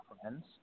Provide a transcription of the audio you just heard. friends